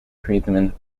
treatment